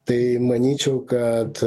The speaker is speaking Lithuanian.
tai manyčiau kad